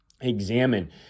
examine